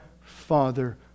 Father